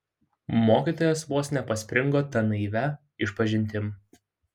mokytojas vos nepaspringo ta naivia išpažintim